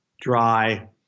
dry